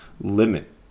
limit